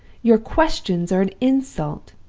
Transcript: your questions are an insult!